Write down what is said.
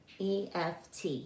EFT